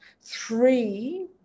three